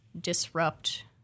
disrupt